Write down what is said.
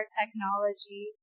technology